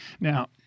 Now